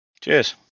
Cheers